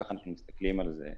כך אנחנו מסתכלים על זה.